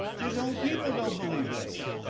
his own people don't believe this!